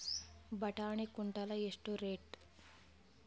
ಬಟಾಣಿ ಕುಂಟಲ ಎಷ್ಟು ರೇಟ್?